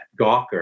Gawker